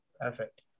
perfect